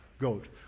goat